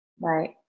Right